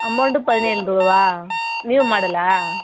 amount பதினேழு ரூவாவா new மாடலா